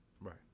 Right